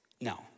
No